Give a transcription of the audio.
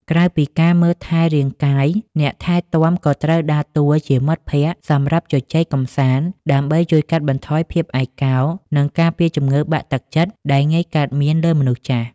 ក្រៅពីការមើលថែរាងកាយ អ្នកថែទាំក៏ត្រូវដើរតួជាមិត្តភក្តិសម្រាប់ជជែកកម្សាន្ត ដើម្បីជួយកាត់បន្ថយភាពឯកោ និងការពារជំងឺបាក់ទឹកចិត្តដែលងាយកើតមានលើមនុស្សចាស់។